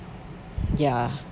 ya